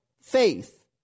faith